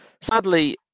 Sadly